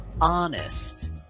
Honest